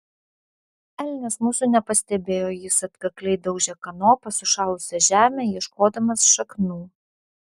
elnias mūsų nepastebėjo jis atkakliai daužė kanopa sušalusią žemę ieškodamas šaknų